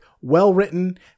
well-written